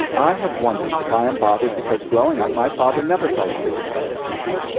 i have wondered if i am bothered because growing up my father never fell asleep in front of the tv.